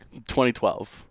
2012